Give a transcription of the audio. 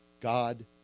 God